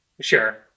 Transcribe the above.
Sure